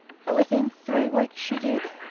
within three weeks she did